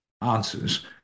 answers